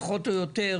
פחות או יותר,